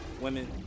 women